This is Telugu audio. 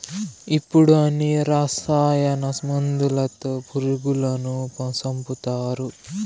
ఇప్పుడు అన్ని రసాయన మందులతో పురుగులను సంపుతారు